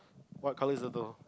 what colour is turtle